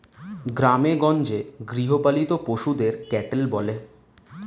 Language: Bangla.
গ্রামেগঞ্জে গৃহপালিত পশুদের ক্যাটেল বলে